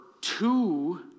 two